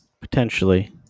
potentially